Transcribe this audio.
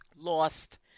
lost